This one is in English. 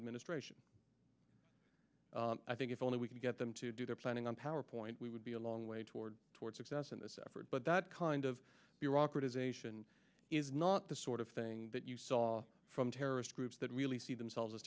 administration i think if only we could get them to do their planning on powerpoint we would be a long way toward toward success in this effort but that kind of bureaucratization is not the sort of thing that you saw from terrorist groups that really see themselves as